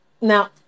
now